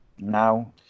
Now